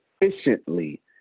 Efficiently